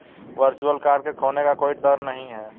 virtual card के खोने का कोई दर नहीं है